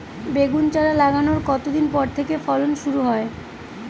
বেগুন চারা লাগানোর কতদিন পর থেকে ফলন শুরু হয়?